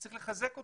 וצריך לחזק אותו.